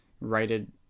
rated